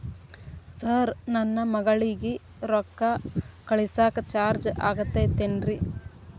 Sir ನನ್ನ ಮಗಳಗಿ ರೊಕ್ಕ ಕಳಿಸಾಕ್ ಚಾರ್ಜ್ ಆಗತೈತೇನ್ರಿ?